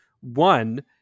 One